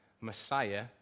Messiah